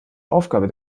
aufgabe